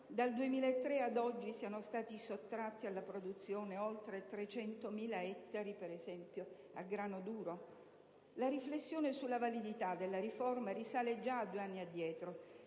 dal 2003 ad oggi siano stati sottratti alla produzione, ad esempio, oltre 300.000 ettari a grano duro? La riflessione sulla validità della riforma risale già a due anni addietro,